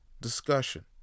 Discussion